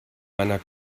meiner